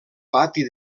pati